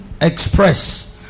express